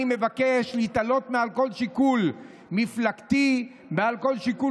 אני מבקש להתעלות מעל כל שיקול מפלגתי ומעל כל שיקול